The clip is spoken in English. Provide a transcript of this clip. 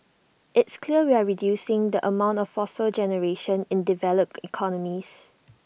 it's clear we're reducing the amount of fossil generation in developed economies